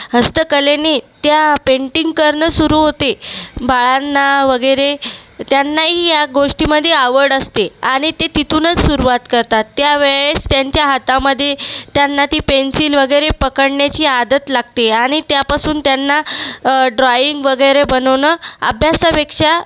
हस्तकलेने त्या पेंटिंग करणं सुरू होते बाळांना वगैरे त्यांनाही या गोष्टीमध्ये आवड असते आणि ते तिथूनच सुरुवात करतात त्यावेळेस त्यांच्या हातामध्ये त्यांना ती पेन्सिल वगैरे पकडण्याची आदत लागते आणि त्यापासून त्यांना ड्रॉइंग वगैरे बनवणं अभ्यासापेक्षा